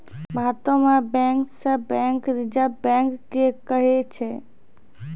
भारतो मे bankers bank reserve bank के कहै छै